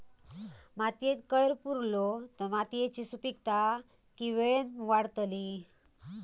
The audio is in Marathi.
मातयेत कैर पुरलो तर मातयेची सुपीकता की वेळेन वाडतली?